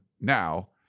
now